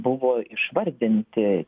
buvo išvardinti